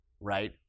right